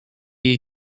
jej